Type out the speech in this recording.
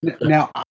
Now